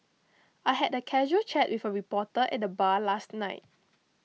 I had a casual chat with a reporter at the bar last night